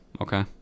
Okay